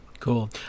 Cool